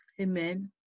Amen